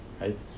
right